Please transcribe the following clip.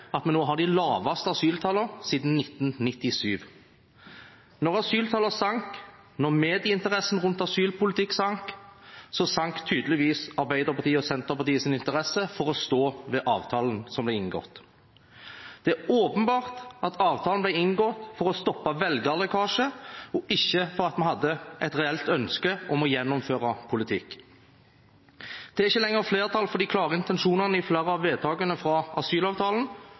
at vi nå har de laveste asyltallene siden 1997. Da asyltallene sank, da medieinteressen rundt asylpolitikk sank, sank tydeligvis Arbeiderpartiet og Senterpartiet sin interesse for å stå ved avtalen som ble inngått. Det er åpenbart at avtalen ble inngått for å stoppe velgerlekkasje, og ikke fordi en hadde et reelt ønske om å gjennomføre politikk. Det er ikke lenger flertall for de klare intensjonene i flere av vedtakene fra asylavtalen,